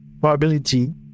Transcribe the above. probability